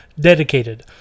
dedicated